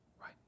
right